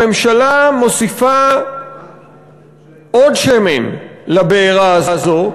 הממשלה מוסיפה עוד שמן לבעירה הזאת,